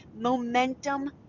Momentum